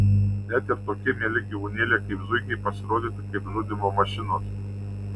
net ir tokie mieli gyvūnėliai kaip zuikiai pasirodyti kaip žudymo mašinos